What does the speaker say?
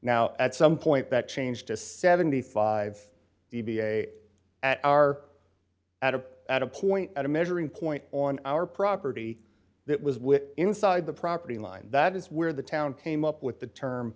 now at some point that changed to seventy five d b a at our at a at a point at a measuring point on our property that was inside the property line that is where the town came up with the